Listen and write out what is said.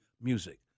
music